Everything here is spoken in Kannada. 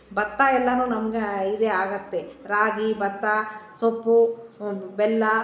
ಭತ್ತ ಎಲ್ಲಾ ನಮ್ಮ ಇದೇ ಆಗುತ್ತೆ ರಾಗಿ ಭತ್ತ ಸೊಪ್ಪು ಬೆಲ್ಲ